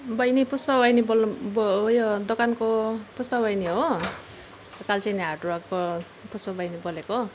बहिनी पुष्पा बहिनी बोल्नु दोकानको पुष्पा बहिनी हो त्यो कालचिनी हार्डवेरको पुष्पा बहिनी बोलेको